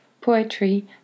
poetry